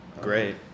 Great